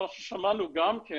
אבל שמענו גם כן